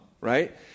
right